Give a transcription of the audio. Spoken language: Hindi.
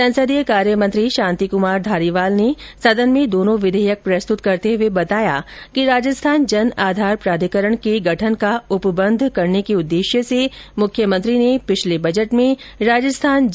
संसदीय कार्य मंत्री शांति कुमार धारीवाल ने सदन में दोनो विधेयक प्रस्तुत करते हुये बताया कि राजस्थान जन आधार प्राधिकरण के गठन का उपबंध करने के उदेद्श्य से मुख्यमंत्री ने पिछले बजट में राजस्थान जन आधार योजना की घोषणा की थी